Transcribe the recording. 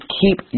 keep